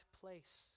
place